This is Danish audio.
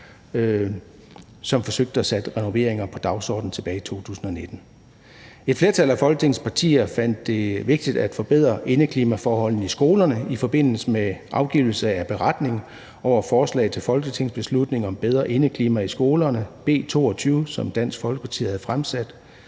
som forsøgte at sætte renoveringer på dagsordenen tilbage i 2019. Et flertal af Folketingets partier fandt det vigtigt at forbedre indeklimaforholdene i skolerne i forbindelse med afgivelse af beretning over forslaget til folketingsbeslutning om bedre indeklima i skolerne, B 22, som Dansk Folkeparti havde fremsat.